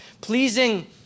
pleasing